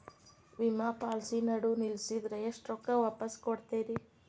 ವಿಮಾ ಪಾಲಿಸಿ ನಡುವ ನಿಲ್ಲಸಿದ್ರ ಎಷ್ಟ ರೊಕ್ಕ ವಾಪಸ್ ಕೊಡ್ತೇರಿ?